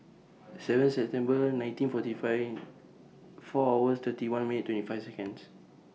seven September nineteen forty five four hours thirty one minutes twenty five Seconds